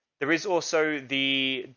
there is also the